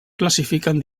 classifiquen